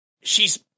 She's-